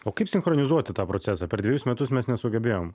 o kaip sinchronizuoti tą procesą per dvejus metus mes nesugebėjom